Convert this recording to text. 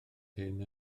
hyn